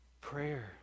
Prayer